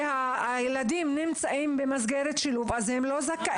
שהילדים נמצאים במסגרת שילוב הם לא זכאים.